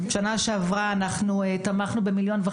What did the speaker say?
בשנה שעברה תמכנו באמצעות תקנות התמיכות